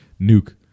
nuke